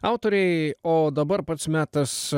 autoriai o dabar pats metas